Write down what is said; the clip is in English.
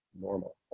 normal